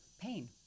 pain